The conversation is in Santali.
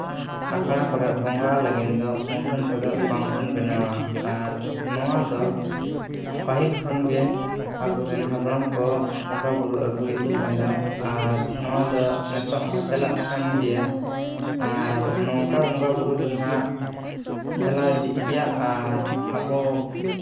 ᱟᱠᱷᱲᱟ ᱠᱚᱨᱮᱫ ᱵᱚᱸᱜᱟ ᱞᱟᱹᱜᱤᱱ ᱫᱚ ᱢᱩᱴᱷᱟᱹᱱ ᱠᱚᱫᱚ ᱵᱟᱝᱵᱚᱱ ᱵᱮᱱᱟᱣᱟ ᱟᱨ ᱱᱚᱣᱟ ᱫᱚ ᱯᱟᱹᱦᱤᱞ ᱠᱷᱚᱱ ᱜᱮ ᱟᱵᱚᱨᱮᱱ ᱦᱟᱯᱲᱟᱢ ᱠᱚ ᱵᱚᱸᱜᱟᱼᱵᱩᱨᱩ ᱟᱹᱜᱩᱭᱮᱫ ᱛᱟᱦᱮᱱᱟ ᱟᱨ ᱱᱚᱣᱟᱫᱚ ᱱᱤᱛᱚᱜ ᱦᱚᱸ ᱪᱟᱞᱟᱜ ᱠᱟᱱ ᱜᱮᱭᱟ ᱟᱨ ᱱᱚᱝᱠᱟ ᱵᱚᱸᱜᱟᱼᱵᱩᱨᱩ ᱫᱚᱦᱟᱸ ᱪᱟᱞᱟᱣ ᱤᱫᱤᱜ ᱜᱮᱭᱟ ᱟᱨ ᱟᱵᱚ